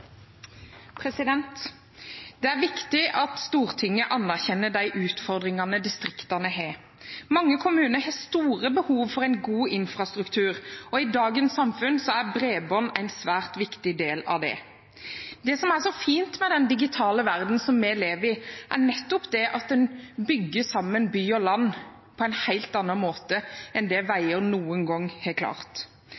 viktig at Stortinget anerkjenner de utfordringene distriktene har. Mange kommuner har store behov for en god infrastruktur. I dagens samfunn er bredbånd en svært viktig del av det. Det som er så fint med den digitale verdenen vi lever i, er nettopp at den bygger sammen by og land på en helt annen måte enn det